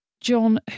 John